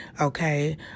okay